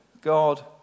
God